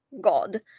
God